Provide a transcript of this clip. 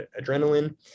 adrenaline